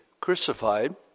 crucified